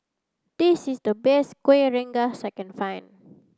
this is the best kuih rengas second find